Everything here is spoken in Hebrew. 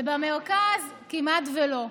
ובמרכז כמעט לא.